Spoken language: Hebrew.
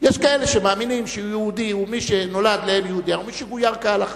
יש כאלה שמאמינים שיהודי הוא מי שנולד לאם יהודייה ומי שגויר כהלכה,